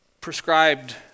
prescribed